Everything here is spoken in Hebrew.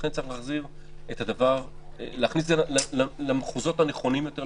לכן צריך להכניס את זה למחוזות הנכונים יותר,